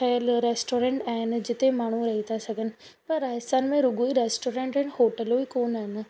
ठहियलु रेस्टोरेंट आइन जिते माणहू रही था सघनि पर राजस्थान में रुगो ई रेस्टोरेंट ऐं होटलूं ई कोन आहिनि